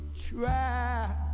try